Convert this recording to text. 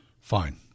Fine